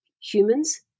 humans